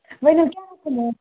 ؤنِو کیٛاہ حُکُم اوس